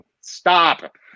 Stop